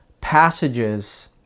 passages